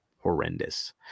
horrendous